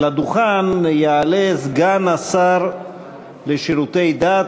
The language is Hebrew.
לדוכן יעלה סגן השר לשירותי דת,